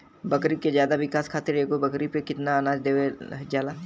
बकरी के ज्यादा विकास खातिर एगो बकरी पे कितना अनाज देहल जाला?